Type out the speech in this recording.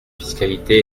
fiscalité